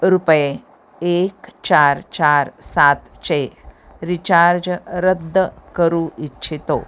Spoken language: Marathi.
रुपये एक चार चार सातचे रिचार्ज रद्द करू इच्छितो